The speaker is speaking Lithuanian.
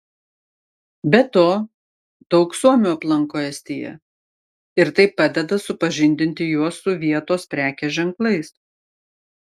be to daug suomių aplanko estiją ir tai padeda supažindinti juos su vietos prekės ženklais